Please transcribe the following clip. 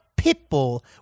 Pitbull